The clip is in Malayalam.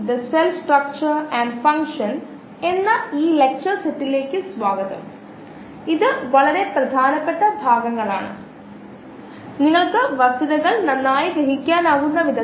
നമ്മൾ ശ്രദ്ധിക്കേണ്ടതും മനസ്സിൽ സൂക്ഷിക്കുന്നതും എല്ലായ്പ്പോഴും പരിശോധിക്കുന്നതും ഒകെ ഞാൻ ആഗ്രഹിക്കുന്ന ഒരു കാര്യമാണ് നമ്മൾ അന്തിമ ഉത്തരത്തിലെത്തിയതിനുശേഷം ഇതിനു എന്തെങ്കിലും അർത്ഥമുണ്ടോയെന്ന് പരിശോധിക്കുക